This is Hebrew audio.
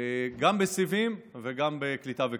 גם בסיבים וגם בקליטה וכיסוי.